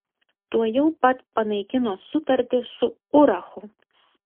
tuojau pat panaikino sutartį su urachu